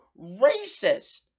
racist